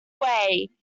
way